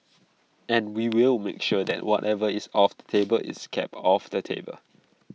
and we will make sure that whatever is off the table is kept off the table